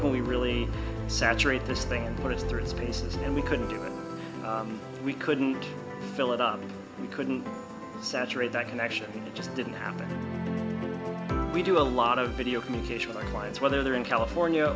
can we really saturate this thing and put it through its paces and we couldn't do it we couldn't fill it up and we couldn't saturate that connection just didn't happen and we do a lot of video communication clients whether they're in california